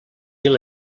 mil